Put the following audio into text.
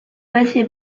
paesi